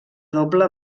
doble